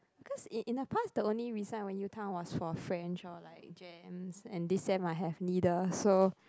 cause in in the past the only reason I went U town one was for French or like gems and this sem I have neither so